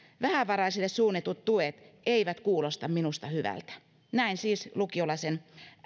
vähävaraisille suunnatut tuet eivät kuulosta minusta hyvältä näin siis lukiolaisen